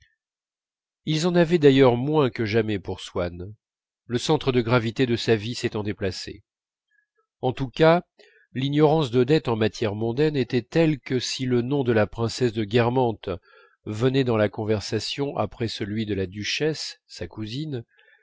ils en avaient d'ailleurs moins que jamais pour swann le centre de gravité de sa vie s'étant déplacé en tous cas l'ignorance d'odette en matière mondaine était telle que si le nom de la princesse de guermantes venait dans la conversation après celui de la duchesse sa cousine